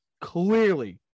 clearly